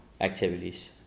activities